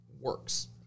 works